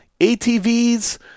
ATVs